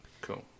Cool